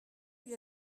lui